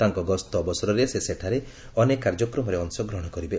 ତାଙ୍କ ଗସ୍ତ ଅବସରରେ ସେ ସେଠାରେ ଅନେକ କାର୍ଯ୍ୟକ୍ରମରେ ଅଂଶଗ୍ରହଣ କରିବେ